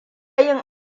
yin